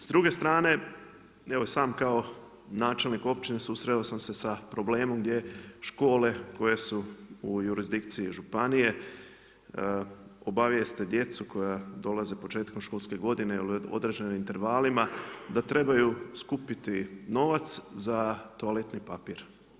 S druge strane evo sam kao načelnik općine susreo sam se sa problemom gdje škole koje su u jurisdikciji županije obavijeste djecu koja dolaze početkom školske godine u određenim intervalima da trebaju skupiti novac za toaletni papir.